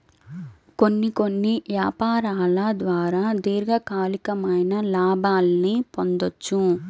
కొన్ని కొన్ని యాపారాల ద్వారా దీర్ఘకాలికమైన లాభాల్ని పొందొచ్చు